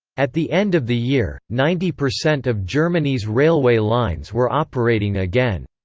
at the end of the year, ninety percent of germany's railway lines were operating again.